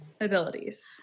abilities